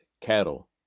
cattle